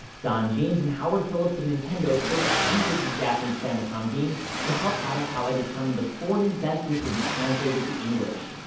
don james and howard phillips of nintendo played hundreds of japanese famicom games to help arakawa determine the forty best which would be translated to english.